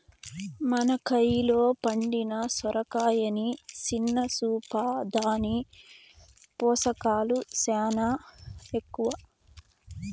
మన కయిలో పండిన సొరకాయని సిన్న సూపా, దాని పోసకాలు సేనా ఎక్కవ